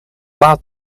laat